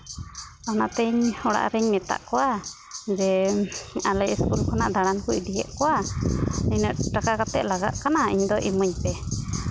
ᱚᱱᱟᱛ ᱤᱧ ᱚᱲᱟᱜ ᱨᱮᱧ ᱢᱮᱛᱟᱫ ᱠᱚᱣᱟ ᱡᱮ ᱟᱞᱮ ᱤᱥᱠᱩᱞ ᱠᱷᱚᱱᱟᱜ ᱫᱟᱬᱟᱱ ᱠᱚ ᱤᱫᱤᱭᱮᱫ ᱠᱚᱣᱟ ᱱᱤᱱᱟᱹᱜ ᱴᱟᱠᱟ ᱠᱟᱛᱮᱫ ᱞᱟᱜᱟᱜ ᱠᱟᱱᱟ ᱤᱧ ᱫᱚ ᱤᱢᱟᱹᱧ ᱯᱮ